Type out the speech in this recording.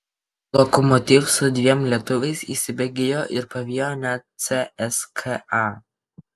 lokomotiv su dviem lietuviais įsibėgėjo ir pavijo net cska